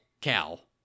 cal